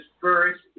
first